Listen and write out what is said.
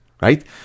right